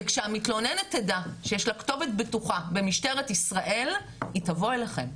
וכשהמתלוננת תדע שיש לה כתובת בטוחה במשטרת ישראל היא תבוא אליכם.